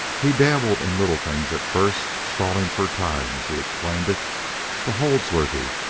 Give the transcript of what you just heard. he dabbled in little things at first stalling for time, as he explained it to holdsworthy,